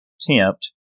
tempt